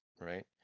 right